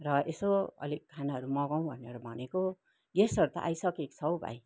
र यसो अलिक खानाहरू मगाउँ भनेर भनेको गेस्टहरू त आइसकेको छ हौ भाइ